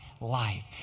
life